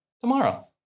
tomorrow